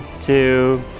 two